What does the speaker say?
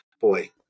boy